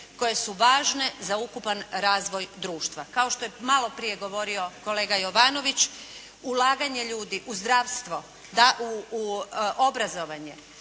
koje su važne za ukupan razvoj društva. Kao što je malo prije govorio kolega Jovanović ulaganje ljudi u zdravstvo, obrazovanje,